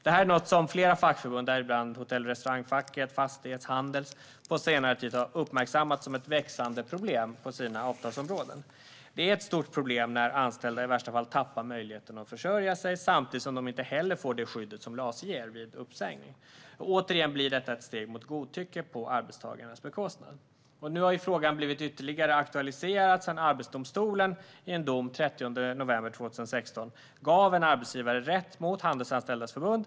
Detta är något som flera fackförbund, däribland Hotell och restaurangfacket, Fastighets och Handels, på senare tid har uppmärksammat som ett växande problem på sina avtalsområden. Det är ett stort problem när anställda i värsta fall tappar möjligheten att försörja sig, samtidigt som de inte heller får det skydd som LAS ger vid uppsägning. Detta blir, återigen, ett steg mot godtycke på arbetstagarens bekostnad. Frågan har aktualiserats ytterligare sedan Arbetsdomstolen i en dom den 30 november 2016 gav en arbetsgivare rätt mot Handelsanställdas förbund.